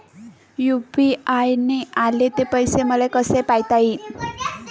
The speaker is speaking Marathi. यू.पी.आय न आले ते पैसे मले कसे पायता येईन?